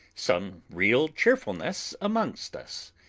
some real cheerfulness amongst us.